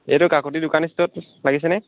এইটো কাকতি দোকান ষ্ট'ৰত লাগিছেনে